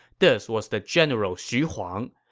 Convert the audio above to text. this was the general xu huang.